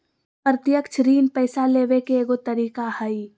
प्रत्यक्ष ऋण पैसा लेबे के एगो तरीका हइ